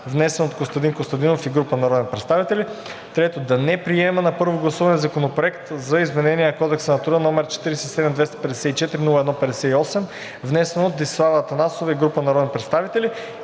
внесен от Костадин Костадинов и група народни представители на 4 май 2022 г. 3. Да не приема на първо гласуване Законопроект за изменение на Кодекса на труда, № 47-254-01-58, внесен от Десислава Атанасова и група народни представители